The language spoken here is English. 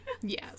Yes